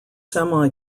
semi